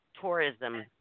tourism